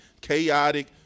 chaotic